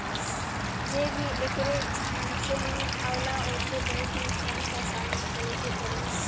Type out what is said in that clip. जे भी ऐकरे झांसे में आवला ओके बहुत नुकसान क सामना करे के पड़ेला